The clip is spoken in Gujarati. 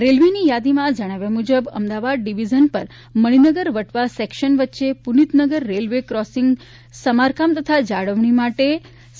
રેલવેની યાદીમાં જણાવ્યા મુજબ અમદાવાદ ડિવિઝન પર મણિનગર વટવા સેક્શન વચ્ચે પુનિતનગર રેલવે ક્રોસિંગ સમારકામ તથા જાળવણી માટે તા